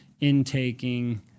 intaking